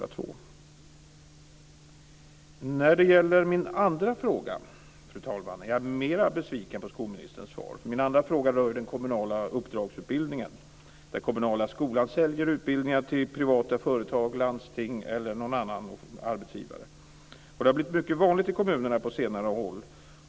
Fru talman! När det gäller min andra fråga är jag mer besviken på skolministerns svar. Min andra fråga rör den kommunala uppdragsutbildningen där den kommunala skolan säljer utbildningar till privata företag, landsting eller någon annan arbetsgivare. Det har blivit mycket vanligt i kommunerna på senare tid.